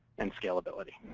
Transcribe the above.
and scalability.